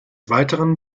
weiteren